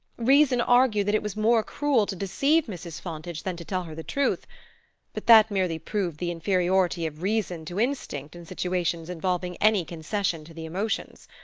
reason argued that it was more cruel to deceive mrs. fontage than to tell her the truth but that merely proved the inferiority of reason to instinct in situations involving any concession to the emotions.